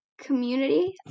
Community